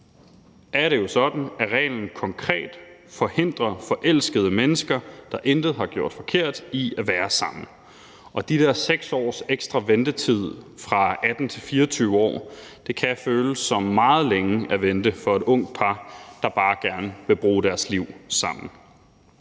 er det jo sådan, at reglen konkret forhindrer forelskede mennesker, der intet har gjort forkert, i at være sammen. De der 6 års ekstra ventetid fra 18 til 24 år kan føles som meget længe at vente for et ungt par, der bare gerne vil bruge deres liv sammen.